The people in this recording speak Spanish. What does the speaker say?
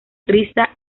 risa